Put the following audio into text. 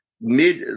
mid